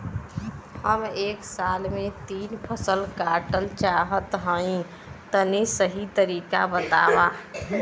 हम एक साल में तीन फसल काटल चाहत हइं तनि सही तरीका बतावा?